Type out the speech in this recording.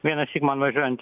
vienąsyk man važiuojant